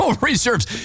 reserves